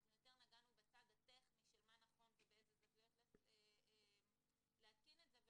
אנחנו יותר נגענו בצד הטכני של מה נכון ובאיזה זוויות להתקין את זה,